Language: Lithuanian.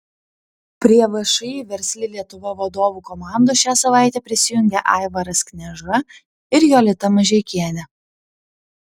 prie všį versli lietuva vadovų komandos šią savaitę prisijungė aivaras knieža ir jolita mažeikienė